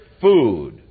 food